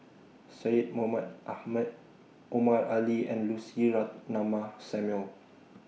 Syed Mohamed Ahmed Omar Ali and Lucy Samuel